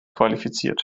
qualifiziert